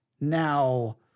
Now